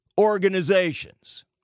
organizations